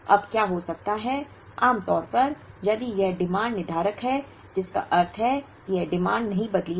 अब क्या हो सकता है आमतौर पर यदि यह मांग निर्धारक है जिसका अर्थ है कि यह मांग नहीं बदली है